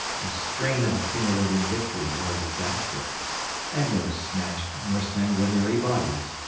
the strain of accumulating victory or disaster and no smashed nor sanguinary bodies,